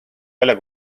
välja